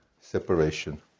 separation